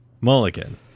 mulligan